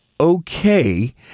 Okay